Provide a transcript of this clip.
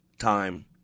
time